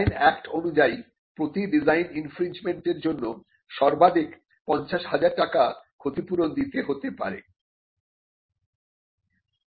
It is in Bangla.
ডিজাইন অ্যাক্ট অনুযায়ী প্রতি ডিজাইন ইনফ্রিনজমেন্টের জন্য সর্বাধিক 50 হাজার টাকা ক্ষতিপূরণ দিতে হতে পারে